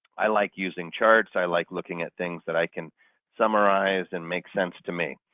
i like using charts, i like looking at things that i can summarize and make sense to me.